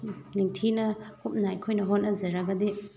ꯅꯤꯡꯊꯤꯅ ꯀꯨꯞꯅ ꯑꯩꯈꯣꯏꯅ ꯍꯣꯠꯅꯖꯔꯕꯗꯤ